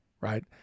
right